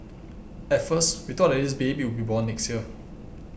at first we thought that this baby would be born next year